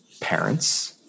parents